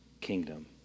kingdom